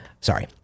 sorry